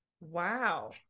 Wow